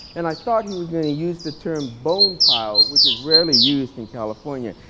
and i thought he was going to use the term bone piles which is rarely used in california.